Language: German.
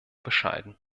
bescheiden